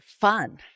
fun